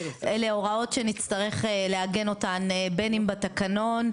אלה ההוראות שנצטרך לעגן אותן בין אם בתקנון,